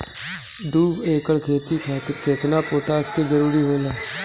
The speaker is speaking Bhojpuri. दु एकड़ खेती खातिर केतना पोटाश के जरूरी होला?